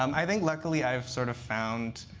um i think luckily, i've sort of found